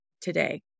today